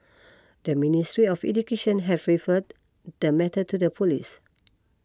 the Ministry of Education has referred the the matter to the police